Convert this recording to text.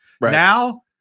Now